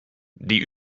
die